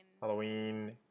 Halloween